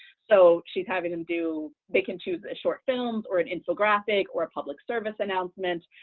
so she's having them do they can choose a short film or an infographic or a public service announcement,